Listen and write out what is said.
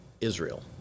Israel